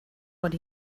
what